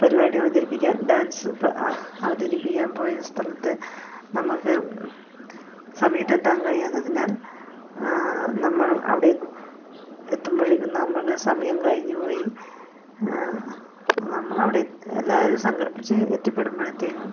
പരിപാടി അവതരിപ്പിക്കാൻ ഡാൻസ് അവതരിപ്പിക്കാൻ പോയ സ്ഥലത്ത് നമുക്ക് സമയത്ത് എത്താൻ കഴിയാത്തതിനാൽ നമ്മൾ അവിടെ എത്തുമ്പോഴേക്കും നമ്മളുടെ സമയം കഴിഞ്ഞുപോയി നമ്മളവിടെ എല്ലാവരെയും സംഘടിപ്പിച്ച് എത്തിപ്പെടുമ്പഴത്തേനും